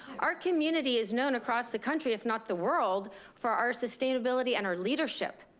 our community is known across the country, if not the world for our sustainability and our leadership.